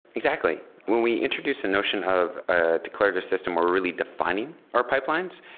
exactly. when we introduced the notion of a declarative system, we're really defi ning our pipelines,